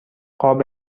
قاب